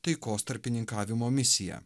taikos tarpininkavimo misiją